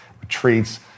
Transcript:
retreats